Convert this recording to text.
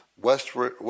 Westward